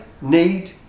need